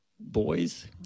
Boys